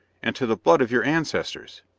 and to the blood of your ancestors.